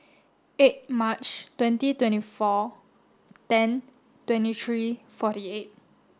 eight March twenty twenty four ten twenty three forty eight